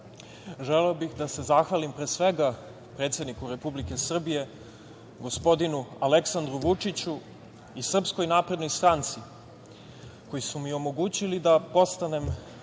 želeo bih da se zahvalim, pre svega, predsedniku Republike Srbije gospodinu Aleksandru Vučiću i SNS koji su mi omogućili da postanem